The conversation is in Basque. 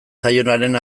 zaionaren